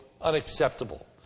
unacceptable